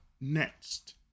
next